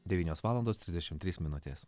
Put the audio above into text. devynios valandos trisdešimt trys minutės